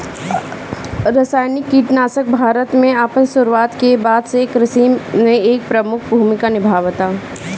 रासायनिक कीटनाशक भारत में अपन शुरुआत के बाद से कृषि में एक प्रमुख भूमिका निभावता